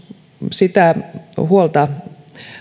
sitä huolta